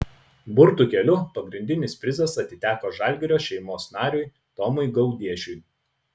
burtų keliu pagrindinis prizas atiteko žalgirio šeimos nariui tomui gaudiešiui